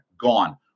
gone